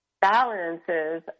balances